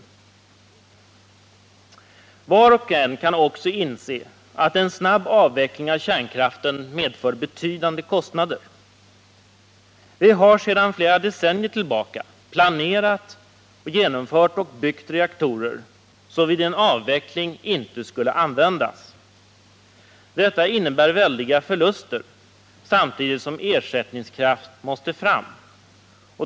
Var och en kan också inse, att en snabb avveckling av kärnkraften medför betydande kostnader. Vi har sedan flera decennier tillbaka planerat, genomfört och byggt reaktorer som vid en avveckling inte skulle användas. Detta innebär väldiga förluster samtidigt som ersättningskraft måste fram.